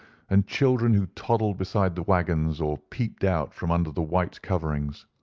and children who toddled beside the waggons or peeped out from under the white coverings.